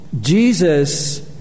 Jesus